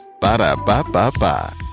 Ba-da-ba-ba-ba